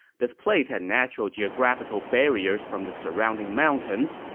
this place had natural geographical barriers from the surrounding mountains,